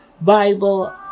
Bible